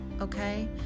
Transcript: okay